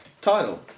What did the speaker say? title